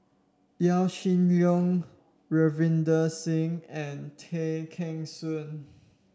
Yaw Shin Leong Ravinder Singh and Tay Kheng Soon